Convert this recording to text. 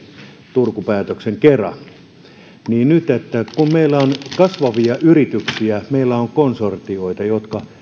turku päätöksen kera nyt kun meillä on kasvavia yrityksiä meillä on konsortioita jotka